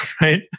right